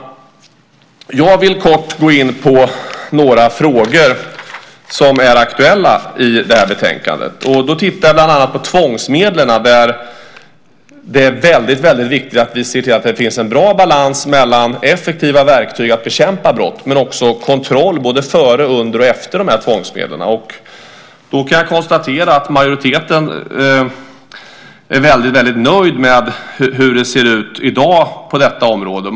Jag vill kort gå in på några frågor som är aktuella i det här betänkandet. Då tittar jag bland annat på tvångsmedlen. Det är väldigt viktigt att vi ser till att det finns en bra balans mellan effektiva verktyg att bekämpa brott men också kontroll både före, under och efter de här tvångsmedlen. Jag kan konstatera att majoriteten är mycket nöjd med hur det ser ut på detta område i dag.